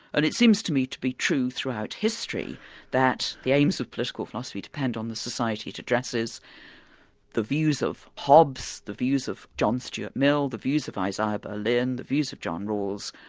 and it seems to me to be true throughout history that the aims of political philosophy depend on the society it addresses the views of hobbes, the views of john stuart mill, the views of isaiah berlin, the views of john rawls,